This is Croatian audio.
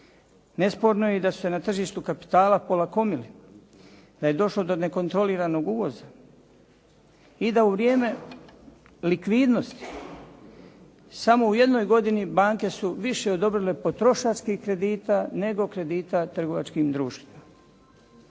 Nesporno je da su se i na tržištu kapitala polakomili, da je došlo do nekontroliranog uvoza i da u vrijeme likvidnosti samo u jednoj godini banke su više odobrile potrošačkih kredita nego kredita trgovačkim društvima.